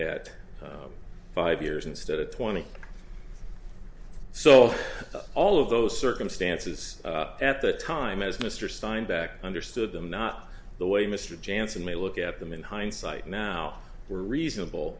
at five years instead of twenty so all of those circumstances at the time as mr steinback understood them not the way mr janssen may look at them in hindsight now were reasonable